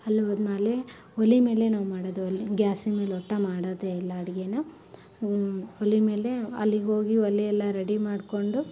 ಅಲ್ಲೂ ಹೋದ್ಮೇಲೆ ಒಲೆ ಮೇಲೆ ನಾವು ಮಾಡೋದು ಅಲ್ಲಿ ಗ್ಯಾಸಿನ ಮೇಲೆ ಒಟ್ಟು ಮಾಡೋದೆ ಇಲ್ಲ ಅಡುಗೆನ ಒಲೆ ಮೇಲೆ ಅಲ್ಲಿಗೆ ಹೋಗಿ ಒಲೆ ಎಲ್ಲ ರೆಡಿ ಮಾಡಿಕೊಂಡು